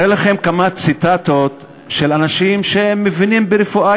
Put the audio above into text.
הרי לכם כמה ציטטות של אנשים שמבינים ברפואה